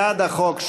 בעד החוק,